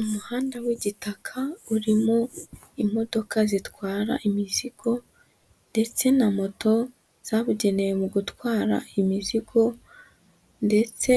Umuhanda w'igitaka urimo imodoka zitwara imizigo, ndetse na moto zabugenewe mu gutwara imizigo, ndetse